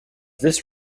this